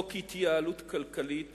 חוק התייעלות כלכלית